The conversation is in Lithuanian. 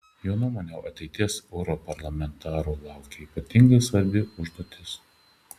jo nuomone ateities europarlamentarų laukia ypatingai svarbi užduotis